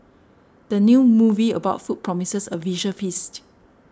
the new movie about food promises a visual feast